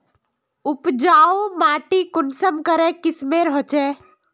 उपजाऊ माटी कुंसम करे किस्मेर होचए?